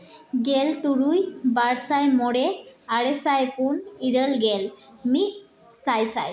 ᱜᱮᱞ ᱛᱩᱨᱩᱭ ᱵᱟᱨ ᱥᱟᱭ ᱢᱚᱬᱮ ᱟᱨᱮ ᱥᱟᱭ ᱯᱩᱱ ᱤᱨᱟᱹᱞ ᱜᱮᱞ ᱢᱤᱫ ᱥᱟᱭ ᱥᱟᱭ